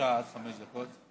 בבקשה, עד חמש דקות.